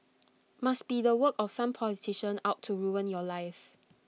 must be the work of some politician out to ruin your life